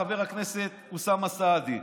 חבר הכנסת אוסאמה סעדי,